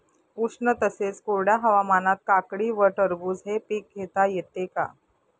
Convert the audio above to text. उष्ण तसेच कोरड्या हवामानात काकडी व टरबूज हे पीक घेता येते का?